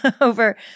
over